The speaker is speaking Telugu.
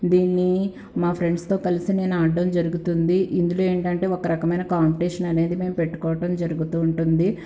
దీన్ని మా ఫ్రెండ్స్తో కలిసి నేను ఆడటం జరుగుతుంది ఇందులో ఏంటంటే ఒక రకమైన కాంపిటీషన్ అనేది మేము పెట్టుకోవడం జరుగుతూ ఉంటుంది